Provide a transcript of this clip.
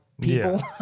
people